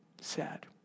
sad